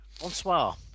Bonsoir